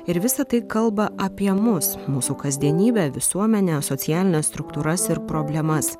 ir visa tai kalba apie mus mūsų kasdienybę visuomenę socialines struktūras ir problemas